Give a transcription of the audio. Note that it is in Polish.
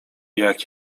jak